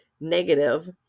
negative